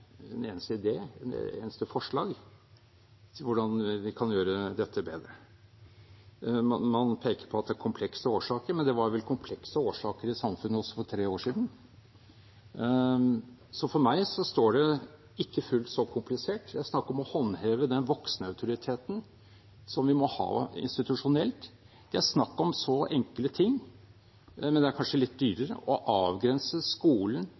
en eneste idé eller et eneste forslag til hvordan vi kan gjøre dette bedre. Man peker på at det er komplekse årsaker, men det var vel komplekse årsaker i samfunnet også for tre år siden. For meg fremstår det ikke fullt så komplisert. Det er snakk om å håndheve den voksenautoriteten som vi må ha institusjonelt. Det er snakk om så enkle ting – men det er kanskje litt dyrere – som å avgrense skolen